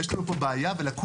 יש לנו פה בעיה ולקונה.